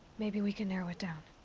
maybe we can narrow it down.